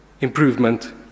improvement